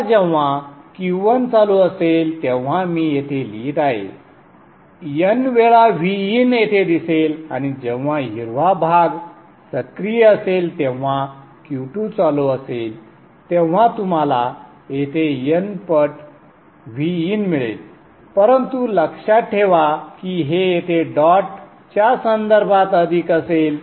तर जेव्हा Q1 चालू असेल तेव्हा मी येथे लिहित आहे n वेळा Vin येथे दिसेल आणि जेव्हा हिरवा भाग सक्रिय असेल तेव्हा Q2 चालू असेल तेव्हा तुम्हाला येथे n पट Vin मिळेल परंतु लक्षात ठेवा की हे येथे डॉट च्या संदर्भात अधिक असेल